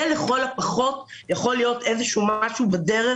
זה לכל הפחות יכול להיות איזשהו משהו בדרך